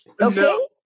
No